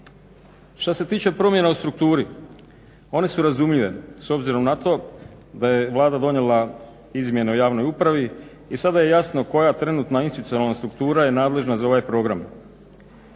Šta se tiče promjena u strukturi one su razumljive s obzirom na to da je Vlada donijela izmjene o javnoj upravi i sada je jasno koja trenutna institucionalna struktura je nadležna za ovaj program.